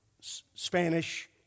Spanish